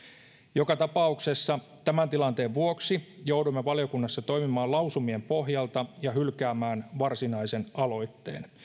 joka tapauksessa tämän tilanteen vuoksi jouduimme valiokunnassa toimimaan lausumien pohjalta ja hylkäämään varsinaisen aloitteen